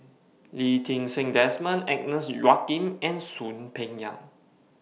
Lee Ti Seng Desmond Agnes Joaquim and Soon Peng Yam